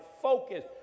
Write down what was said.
focus